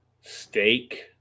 steak